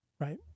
right